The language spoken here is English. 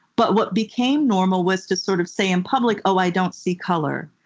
but what became normal was to sort of say in public, oh, i don't see color.